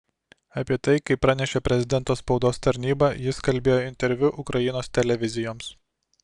apie tai kaip pranešė prezidento spaudos tarnyba jis kalbėjo interviu ukrainos televizijoms